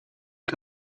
que